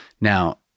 Now